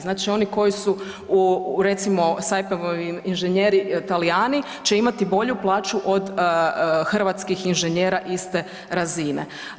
Znači oni koji su recimo IP inženjeri Talijani će imati bolju plaću od hrvatskih inženjera iste razine.